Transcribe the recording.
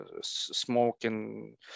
smoking